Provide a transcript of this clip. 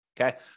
okay